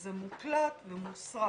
וזה מוקלט ומוסרט